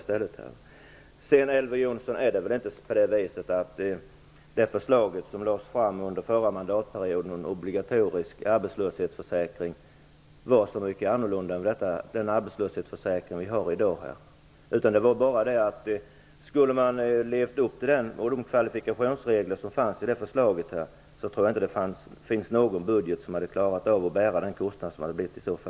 Sedan, Elver Jonsson, var väl inte förslaget som lades fram under förra perioden, om en obligatorisk arbetslöshetsförsäkring så mycket annorlunda än den arbetslöshetsförsäkring som vi har i dag. Om man skulle ha levt upp till de kvalifikationsregler som fanns i förslaget, tror jag inte att någon budget hade klarat av att bära kostnaderna.